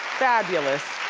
fabulous.